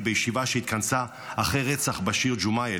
בישיבה שהתכנסה אחרי רצח בשיר ג'ומאייל,